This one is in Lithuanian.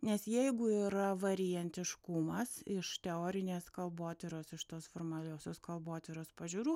nes jeigu yra variantiškumas iš teorinės kalbotyros iš tos formaliosios kalbotyros pažiūrų